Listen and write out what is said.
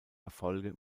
erfolge